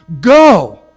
go